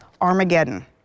Armageddon